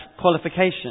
qualification